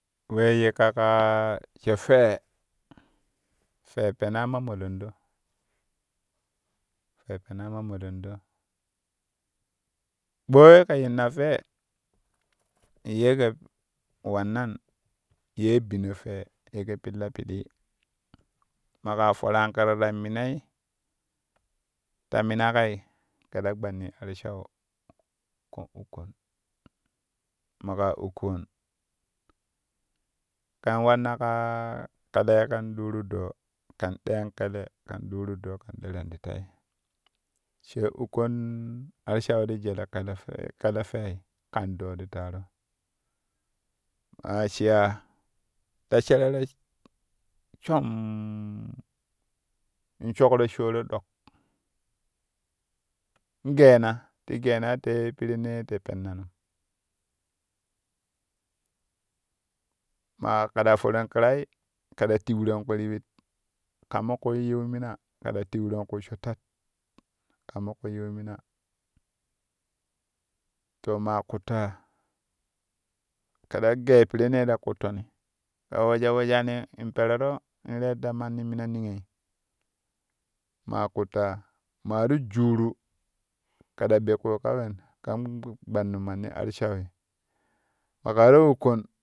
Wee yikka ka she fwe, fwe pena mamodondo fwe pena mamolondo ɓooi kɛ yinna fwe ye kɛ wannan yee bino fwe ye kɛ pilla pili maƙa foran ƙira ta minai ta minaƙei kɛ ta gbannin arshau kɛn ukon maƙaa ukkon kɛn wanna kaa kɛlɛi kɛn ɗuuru doo kɛn ɗeen kɛlɛ kɛn ɗuuru doo kɛn ɗɛron ti tai she ukkon arshau ti jele kɛlɛ fwei kɛlɛ fwei kan doo ti taaro maa shiya ta sherero shomm in shokro shoro dok in geena ti geenai te pirannee te pennan maa kɛ ta foran ƙirai kɛ ta teuron kwi sho tat ka mo kwi yiu mina to maa kuttaa kɛ ta gee pirennee ta kutton to wejo wejani in perero in reetto ta mina manni niyoi maa ƙuttaa maa ti juuru kɛ ta be kui ka wen kɛn gbannu manni arshaui maƙa ta ukkon.